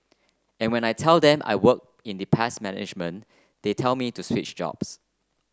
and when I tell them I work in the pest management they tell me to switch jobs